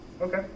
Okay